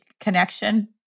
connection